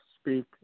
speak